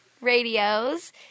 radios